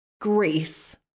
Greece